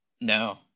No